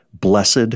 Blessed